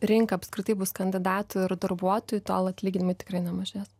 rinka apskritai bus kandidatų ir darbuotojų tol atlyginimai tikrai nemažės